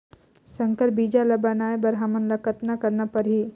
संकर बीजा ल बनाय बर हमन ल कतना करना परही?